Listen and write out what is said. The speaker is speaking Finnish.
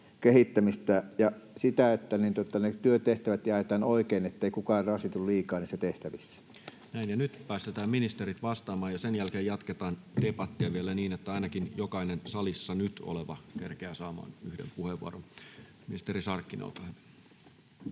ja sitä, että työtehtävät jaetaan oikein, ettei kukaan rasitu liikaa niissä tehtävissä? Näin. — Nyt päästetään ministerit vastaamaan, ja sen jälkeen jatketaan debattia vielä niin, että ainakin jokainen salissa nyt oleva kerkeää saamaan yhden puheenvuoron. — Ministeri Sarkkinen, olkaa hyvä.